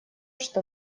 что